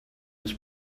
this